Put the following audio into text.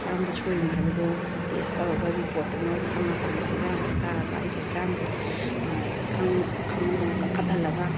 ꯀꯔꯣꯝꯗ ꯁꯣꯏꯔꯤꯅꯣ ꯍꯥꯏꯕꯗꯣ ꯇꯦꯁ ꯇꯧꯔꯒ ꯔꯤꯄ꯭ꯣꯔꯠꯇꯨ ꯂꯣꯏꯅ ꯈꯪꯉꯀꯥꯟꯗ ꯍꯤꯗꯥꯛ ꯂꯥꯡꯊꯛ ꯊꯥꯔꯒ ꯑꯩꯒꯤ ꯍꯛꯆꯥꯡꯁꯦ ꯏꯈꯪ ꯈꯪꯍꯧꯗꯅ ꯀꯪꯈꯠꯍꯜꯂꯒ